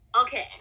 Okay